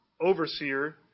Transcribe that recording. overseer